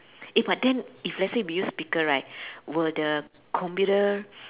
eh but then if let's say we use speaker right will the computer